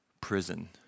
prison